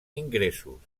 ingressos